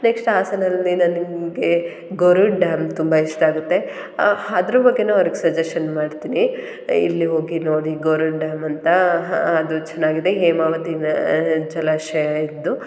next ಹಾಸನಲ್ ಏನು ನಿಮಗೆ ಗೋರೂರು ಡ್ಯಾಮ್ ತುಂಬ ಇಷ್ಟ ಆಗುತ್ತೆ ಅದ್ರ್ ಬಗ್ಗೆಯೂ ಅವ್ರ್ಗೆ ಸಜೆಶನ್ ಮಾಡ್ತೀನಿ ಇಲ್ಲಿ ಹೋಗಿ ನೋಡಿ ಗೋರೂರು ಡ್ಯಾಮ್ ಅಂತ ಅದು ಚೆನ್ನಾಗಿದೆ ಹೇಮಾವತಿ ನ ಜಲಾಶಯ ಇದ್ದು